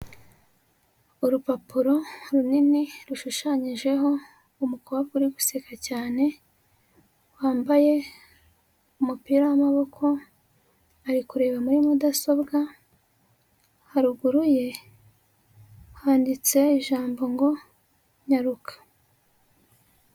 Urupapuro runini rushushanyijeho umukobwa uri guseka cyane wambaye umupira w'amaboko ari kureba muri mudasobwa, haruguru ye handitse ijambo ngo nyaruka.